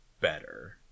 better